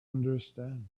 understand